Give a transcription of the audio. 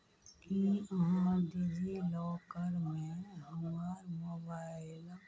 की अहाँ डिजिलॉकरमे हमर मोबाइलक